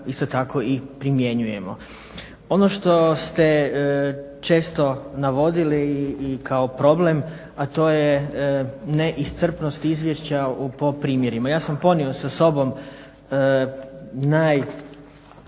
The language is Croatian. isto tako i primjenjujemo. Ono što ste često navodili i kao problem, a to je neiscrpnost izvješća po primjerima. Ja sam ponio sa sobom najeklatantnije